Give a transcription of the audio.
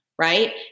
Right